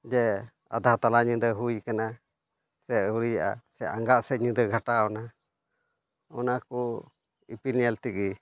ᱡᱮ ᱟᱫᱷᱟ ᱛᱟᱞᱟ ᱧᱤᱫᱟᱹ ᱦᱩᱭ ᱠᱟᱱᱟ ᱥᱮ ᱟᱹᱣᱩᱨᱤᱭᱟᱜᱼᱟ ᱟᱸᱜᱟ ᱥᱮ ᱧᱤᱫᱟᱹ ᱜᱷᱟᱴᱟᱣᱱᱟ ᱚᱱᱟ ᱠᱚ ᱤᱯᱤᱞ ᱧᱮᱞ ᱛᱮᱜᱮ